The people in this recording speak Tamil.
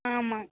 ஆமாம்